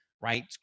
right